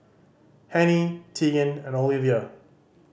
Hennie Teagan and Olivia